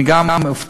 אני גם הופתעתי,